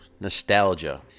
Nostalgia